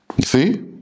see